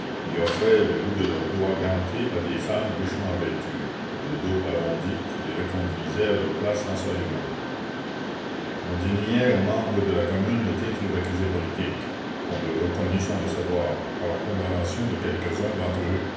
y offraient le la commune bout de leurs doigts gantés à des femmes richement vêtues et le dos arrondi les reconduisaient à leur place en saluant on déniait aux membres de la commune le titre d'accusés politiques qu'on leur reconnut sans le savoir par la condamnation de quelques-uns d'entre eux